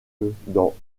dans